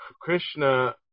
krishna